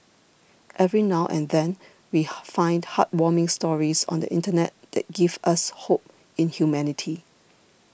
every now and then we find heartwarming stories on the internet that give us hope in humanity